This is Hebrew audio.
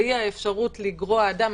והיא האפשרות לגרוע אדם.